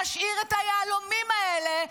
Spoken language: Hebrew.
נשאיר את היהלומים האלה,